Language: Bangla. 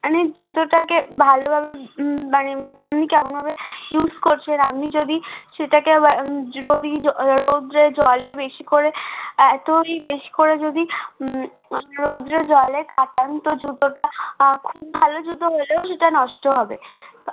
মানে জুতোটাকে ভালোভাবে মানে আমনি কেমনভাবে ইউস করছেন আপনি যদি সেটাকে রোদি জ রৌদ্রে জলে বেশি করে এতই বেশি করে যদি রৌদ্রে জলে কাটান তো জুতোটা খুব ভালো জুতো হলেও সেটা নষ্ট হবে